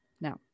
now